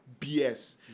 BS